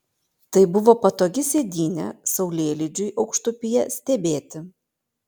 tai buvo patogi sėdynė saulėlydžiui aukštupyje stebėti